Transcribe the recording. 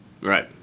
Right